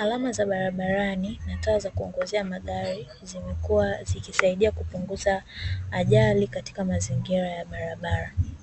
Alama za barabarani na taa za kuongezea magari, zimekuwa zikisaidia kupunguza ajali za barabarani.